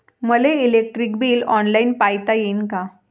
मले electric bill online पायता येईन का?